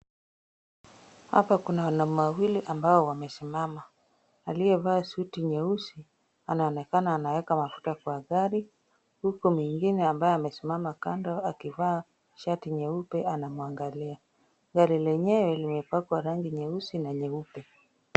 Hapa kuna wanaume wawili ambao wamesimama. Aliyevaa suti nyeusi, anaonekana anaweka mafuta kwa gari, huku mwingine ambaye amesimama kando akivaa shati nyeupe anamwangalia. Gari lenyewe limepakwa rangi nyeusi na nyeupe.